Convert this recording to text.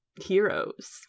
heroes